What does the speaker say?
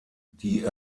die